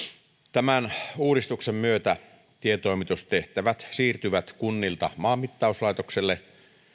tämän uudistuksen myötä tietoimitustehtävät siirtyvät kunnilta maanmittauslaitokselle